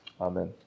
Amen